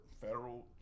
federal